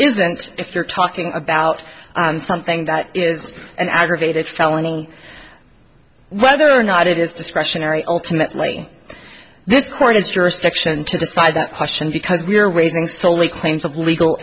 isn't if you're talking about something that is an aggravated felony whether or not it is discretionary ultimately this court has jurisdiction to decide that question because we are raising solely claims of legal